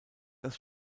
das